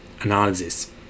analysis